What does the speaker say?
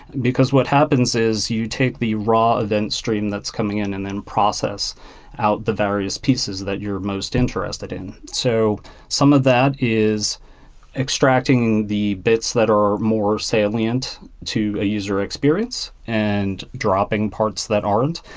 because what happens is you take the raw event stream that's coming in and then process out the various pieces that you're most interested in. so some of that is extracting the bits that are more salient to a user experience and dropping parts that aren't.